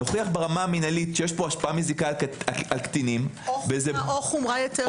נוכיח ברמה המינהלית שיש פה השפעה מזיקה על קטינים או חומרה יתרה,